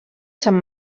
sant